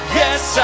yes